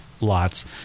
lots